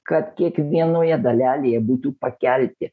kad kiekvienoje dalelėje būtų pakelti